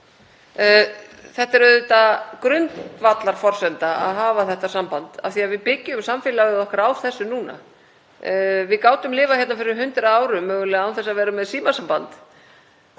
Það er auðvitað grundvallarforsenda að hafa þetta samband af því að við byggjum samfélag okkar á því núna. Við gátum mögulega lifað hérna fyrir 100 árum án þess að vera með símasamband,